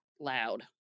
loud